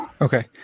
Okay